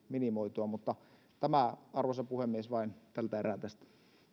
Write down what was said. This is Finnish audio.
minimoitua tämä vain arvoisa puhemies tällä erää tästä